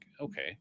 okay